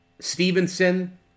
Stevenson